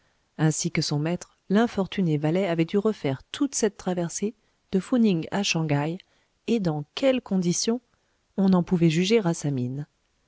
ainsi que son maître l'infortuné valet avait dû refaire toute cette traversée de fou ning à shang haï et dans quelles conditions on en pouvait juger à sa mine